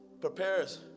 prepares